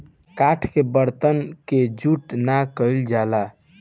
काठ के बरतन के जूठ ना कइल जाला